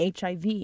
HIV